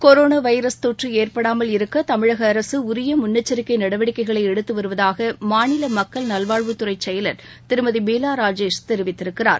corona virus தொற்று ஏற்படாமல் இருக்க தமிழக அரசு உரிய முன்னெச்சரிக்கை நடவடிக்கைகளை எடுத்து வருவதாக மாநில மக்கள் நல்வாழ்வுத்துறை செயலர் திருமதி பீலா ராஜேஷ் தெரிவித்திருக்கிறார்